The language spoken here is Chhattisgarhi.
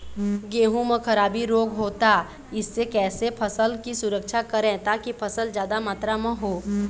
गेहूं म खराबी रोग होता इससे कैसे फसल की सुरक्षा करें ताकि फसल जादा मात्रा म हो?